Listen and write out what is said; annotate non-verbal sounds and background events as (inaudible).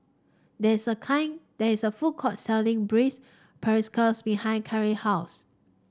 there is a kind there is a food court selling braised (unintelligible) behind Keira house